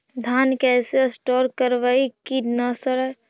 धान कैसे स्टोर करवई कि न सड़ै?